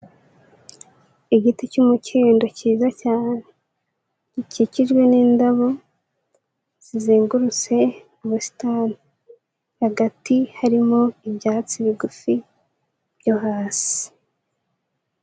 Igiti cy'umukindo cyiza cyane, gikikijwe n'indabo zizengurutse ubusitani, hagati harimo ibyatsi bigufi byo hasi.